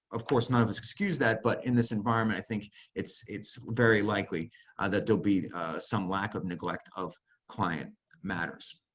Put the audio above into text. of course, none of us excuse that, but in this environment i think it's it's very likely that there'll be some lack of neglect of client matters.